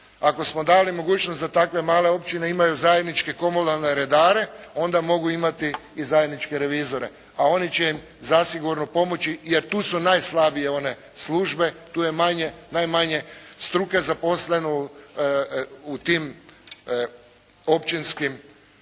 ako smo dali mogućnost za takve male općine imaju zajedničke komunalne redare onda mogu imati i zajedničke revizore, a oni će im zasigurno pomoći jer tu su najslabije one službe, tu je najmanje struke zaposleno u tim općinskim